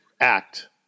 act